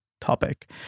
topic